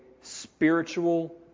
spiritual